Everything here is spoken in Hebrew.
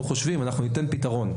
אנחנו ניתן פתרון.